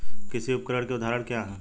कृषि उपकरण के उदाहरण क्या हैं?